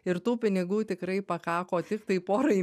ir tų pinigų tikrai pakako tiktai porai